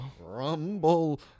Rumble